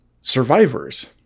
survivors